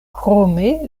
krome